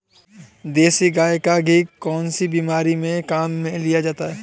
देसी गाय का घी कौनसी बीमारी में काम में लिया जाता है?